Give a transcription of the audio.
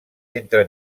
entre